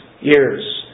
years